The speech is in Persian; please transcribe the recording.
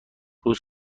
روز